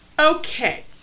Okay